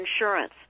insurance